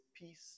peace